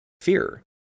fear